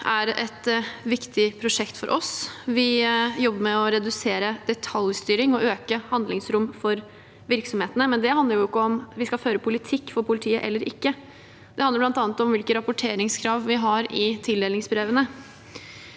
er et viktig prosjekt for oss. Vi jobber med å redusere detaljstyringen og øke handlingsrommet for virksomhetene, men det handler jo ikke om hvorvidt vi skal føre politikk for politiet eller ikke. Det handler bl.a. om hvilke rapporteringskrav vi har i tildelingsbrevene.